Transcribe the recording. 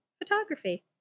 photography